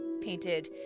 painted